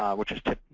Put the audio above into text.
which is